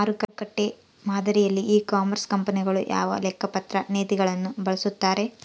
ಮಾರುಕಟ್ಟೆ ಮಾದರಿಯಲ್ಲಿ e commerce ಕಂಪನಿಗಳು ಯಾವ ಲೆಕ್ಕಪತ್ರ ನೇತಿಗಳನ್ನು ಬಳಸುತ್ತಾರೆ?